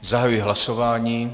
Zahajuji hlasování.